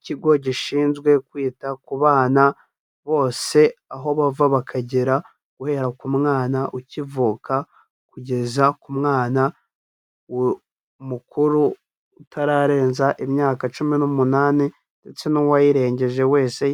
Ikigo gishinzwe kwita ku bana bose aho bava bakagera, guhera ku mwana ukivuka kugeza ku mwana mukuru utararenza imyaka cumi n'umunani ndetse n'uwayirengeje wese